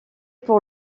pour